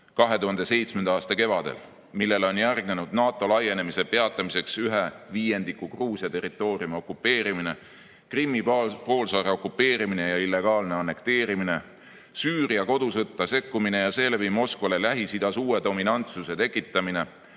2007. aasta kevadel, millele on järgnenud NATO laienemise peatamiseks ühe viiendiku Gruusia territooriumi okupeerimine, Krimmi poolsaare okupeerimine ja illegaalne annekteerimine, Süüria kodusõtta sekkumine ja seeläbi Moskvale Lähis-Idas uue dominantsuse tekitamine,